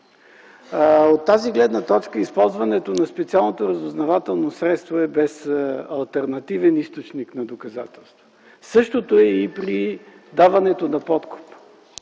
От тази гледна точка използването на специалното разузнавателно средство е без алтернативен източник на доказателства. Същото е и при даването на подкуп.